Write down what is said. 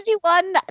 one